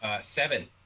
Seven